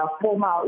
formal